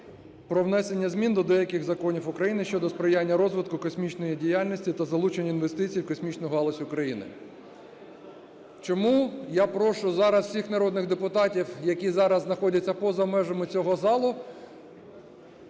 про внесення змін до деяких законів України щодо сприяння розвитку космічної діяльності та залучення інвестицій в космічну галузь України. Чому я прошу зараз всіх народних депутатів, які зараз знаходяться поза межами цього залу,